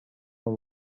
that